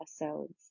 episodes